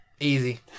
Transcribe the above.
Easy